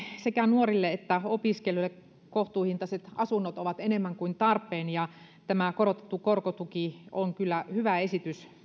sekä nuorille että opiskelijoille kohtuuhintaiset asunnot ovat enemmän kuin tarpeen ja tämä korotettu korkotuki on kyllä hyvä esitys